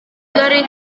dari